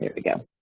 there we go,